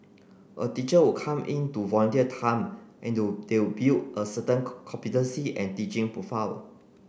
a teacher come in to volunteer time and they build a certain competency and teaching profile